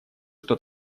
что